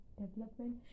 development